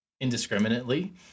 indiscriminately